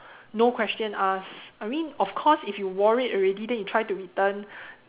no question asked I mean of course if you wore it already then you try to return